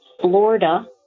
Florida